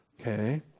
Okay